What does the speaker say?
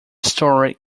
story